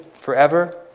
forever